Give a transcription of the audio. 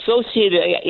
associated